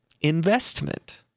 investment